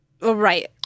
Right